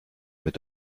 mit